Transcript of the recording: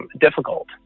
difficult